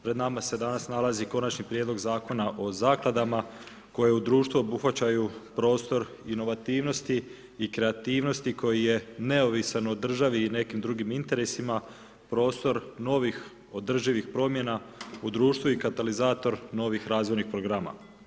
Pred nama se danas nalazi Konačni prijedlog Zakona o zakladama, koja u društvu obuhvaćaju prostor inovativnosti i kreativnosti koji je neovisan u državi i nekim drugim interesima, prostor novih održivih promjena u društvu i katalizator novih razvojnih programa.